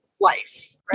life